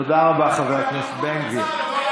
תודה רבה, חבר הכנסת בן גביר.